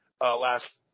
last